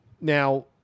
Now